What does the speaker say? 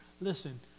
Listen